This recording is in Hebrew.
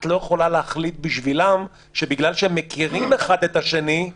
את לא יכולה להחליט בשבילם שבגלל שהם מכירים אחד את השני,